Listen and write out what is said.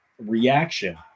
reaction